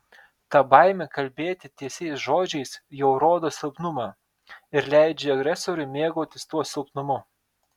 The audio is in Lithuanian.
ta baimė kalbėti tiesiais žodžiais jau rodo silpnumą ir leidžia agresoriui mėgautis tuo silpnumu